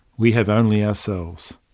we have only ourselves.